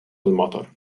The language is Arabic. المطر